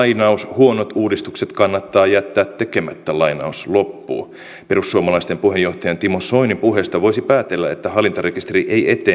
huonot uudistukset kannattaa jättää tekemättä perussuomalaisten puheenjohtajan timo soinin puheista voisi päätellä että hallintarekisteri ei etene